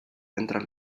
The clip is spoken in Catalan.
entra